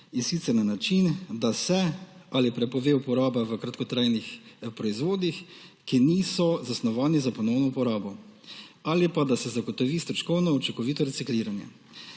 in sicer na način, da se ali prepove uporaba v kratkotrajnih proizvodih, ki niso zasnovani za ponovno uporabo, ali pa, da se zagotovi stroškovno učinkovito recikliranje.